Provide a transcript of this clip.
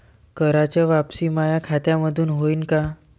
कराच वापसी माया खात्यामंधून होईन का?